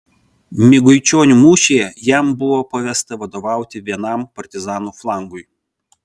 miguičionių mūšyje jam buvo pavesta vadovauti vienam partizanų flangui